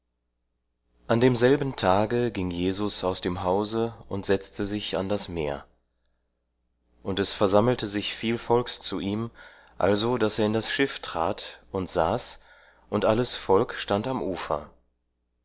an demselben tage ging jesus aus dem hause und setzte sich an das meer und es versammelte sich viel volks zu ihm also daß er in das schiff trat und saß und alles volk stand am ufer